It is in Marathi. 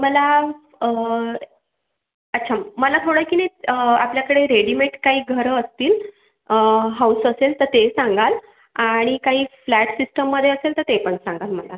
मला अच्छा मला थोडं की नाही आपल्याकडे रेडिमेट काही घरं असतील हाऊस असेल तर ते सांगाल आणि काही फ्लॅट सिस्टममध्ये असेल तर ते पण सांगाल मला